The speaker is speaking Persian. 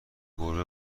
گربه